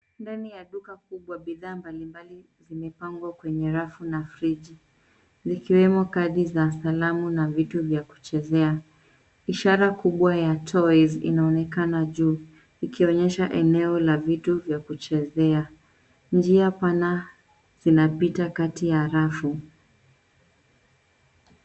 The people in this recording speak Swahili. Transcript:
Ndani ya duka kubwa bidhaa mbalimbali zimepangwa kwenye rafu na friji, vikiwemo kadi za salamu na vitu vya kuchezea. Ishara kubwa ya toys inaonekana juu. Ikionyesha eneo la vitu vya kuchezea, njia pana zinapita kati ya rafu.